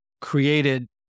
created